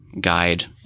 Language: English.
guide